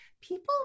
people